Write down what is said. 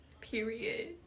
Period